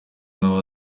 nawe